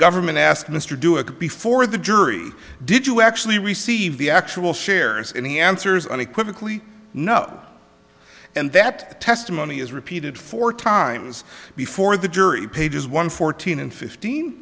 government asked mr do it before the jury did you actually receive the actual shares and he answers unequivocally no and that the testimony is repeated four times before the jury pages one fourteen and fifteen